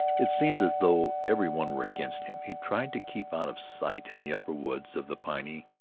it seemed as though every one were against him. he tried to keep out of sight in the upper woods of the piney,